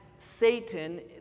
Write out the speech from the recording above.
Satan